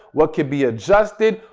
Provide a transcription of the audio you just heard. what could be adjusted?